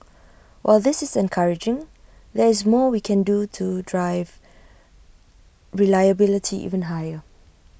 while this is encouraging there is more we can do to drive reliability even higher